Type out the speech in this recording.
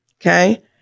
Okay